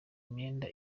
imyenda